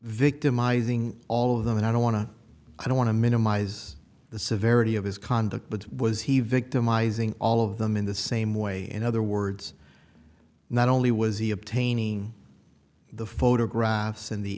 victimizing all of them and i don't want to i don't want to minimize the severity of his conduct but was he victimizing all of them in the same way in other words not only was he obtaining the photographs in the